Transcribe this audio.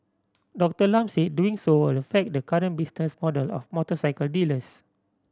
Doctor Lam said doing so will affect the current business model of motorcycle dealers